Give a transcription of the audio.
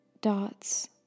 dots